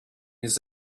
his